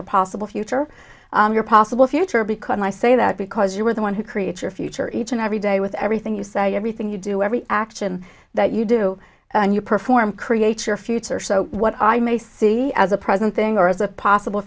your possible future your possible future because i say that because you are the one who creates your future each and every day with everything you say everything you do every action that you do and you perform creates your future so what i may see as a present thing or as a possible